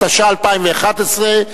התשע"א 2011,